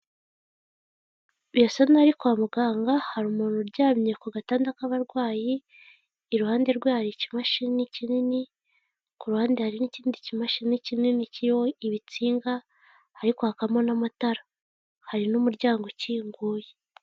Birasa nkaho ari kwa muganga hari umuntu uryamye ku gatanda k'abarwayi, iruhande rwe hari ikimashini kinini, ku ruhande hari n'ikindi kimashini kinini kiriho ibitsinga ariko hari kwakamo n'amatara, hari n'umuryango ukinguye.